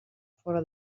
fora